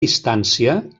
distància